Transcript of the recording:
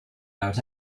out